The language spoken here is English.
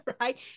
right